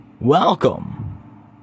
welcome